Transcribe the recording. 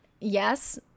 Yes